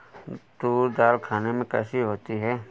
तूर दाल खाने में कैसी होती है?